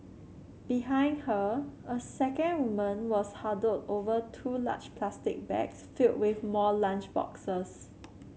behind her a second woman was huddled over two large plastic bags filled with more lunch boxes